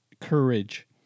courage